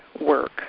work